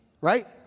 right